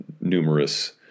numerous